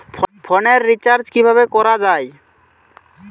ফোনের রিচার্জ কিভাবে করা যায়?